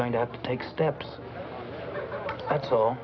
going to have to take steps at all